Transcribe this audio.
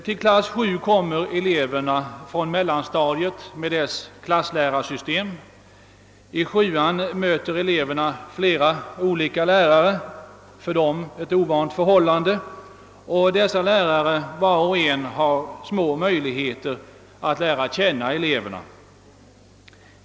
Till klass 7 kommer eleverna från mellanstadiet med dess klasslärarsystem. I sjuan möter eleverna flera olika lärare — för dem ett ovant förhållande — och var och en av dessa lärare har små möjligheter att lära känna eleverna.